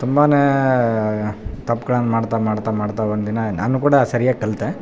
ತುಂಬಾ ತಪ್ಪುಗಳ್ನ ಮಾಡ್ತಾ ಮಾಡ್ತಾ ಮಾಡ್ತಾ ಒಂದಿನ ನಾನು ಕೂಡ ಸರಿಯಾಗಿ ಕಲಿತೆ